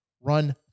run